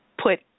put